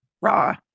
raw